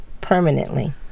permanently